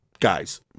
Guys